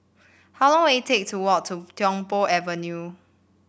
how long will it take to walk to Tiong Poh Avenue